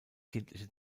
kindliche